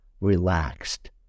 relaxed